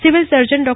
civil surgeon Dr